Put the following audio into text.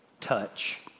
touch